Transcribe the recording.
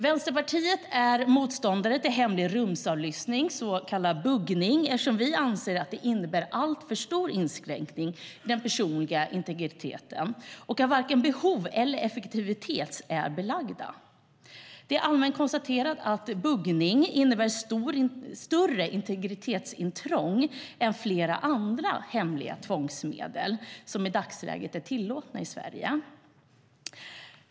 Vänsterpartiet är motståndare till hemlig rumsavlyssning, så kallad buggning, eftersom vi anser att det innebär alltför stor inskränkning av den personliga integriteten och att varken behov eller effektivitet är belagda. Det är allmänt konstaterat att buggning innebär ett större integritetsintrång än de flesta andra hemliga tvångsmedel som i dagsläget är tillåtna i Sverige.